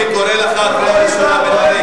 אני קורא אותך, חבר הכנסת מיכאל בן-ארי.